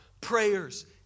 prayers